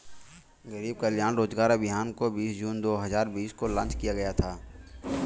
गरीब कल्याण रोजगार अभियान को बीस जून दो हजार बीस को लान्च किया गया था